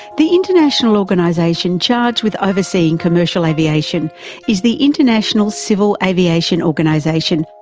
the international organisation charged with overseeing commercial aviation is the international civil aviation organisation.